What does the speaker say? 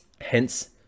hence